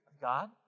God